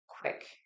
quick